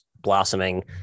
blossoming